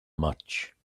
much